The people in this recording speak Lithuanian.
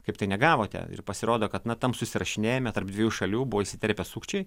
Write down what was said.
kaip tai negavote ir pasirodo kad na tam susirašinėjime tarp dviejų šalių buvo įsiterpę sukčiai